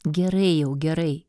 gerai jau gerai